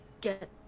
get